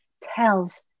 tells